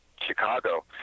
Chicago